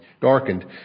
darkened